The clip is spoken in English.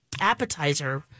appetizer